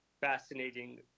fascinating